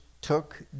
took